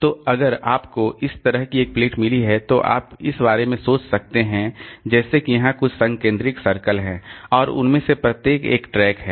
तो अगर आपको इस तरह की एक प्लेट मिली है तो आप इस बारे में सोच सकते हैं जैसे कि यहां कुछ संकेंद्रित सर्कल हैं और उनमें से प्रत्येक एक ट्रैक है